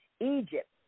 Egypt